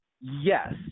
yes